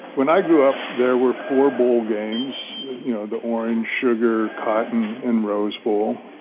when i grew up, there were four bowl games the orange, sugar, cotton and rose bowl,